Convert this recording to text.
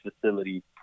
facility